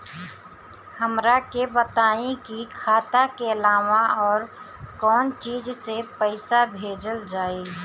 हमरा के बताई की खाता के अलावा और कौन चीज से पइसा भेजल जाई?